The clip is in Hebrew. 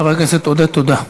חבר הכנסת איימן עודה, תודה.